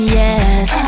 yes